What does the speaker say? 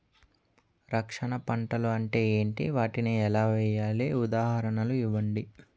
రక్షక పంటలు అంటే ఏంటి? వాటిని ఎలా వేయాలి? ఉదాహరణలు ఇవ్వండి?